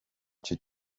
icyo